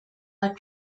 her